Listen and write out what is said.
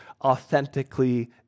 authentically